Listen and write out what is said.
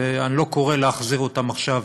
ואני לא קורא להחזיר אותם עכשיו